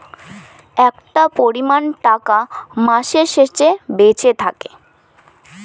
একটা পরিমান টাকা মাসের শেষে বেঁচে থাকে